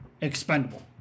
expendable